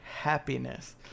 happiness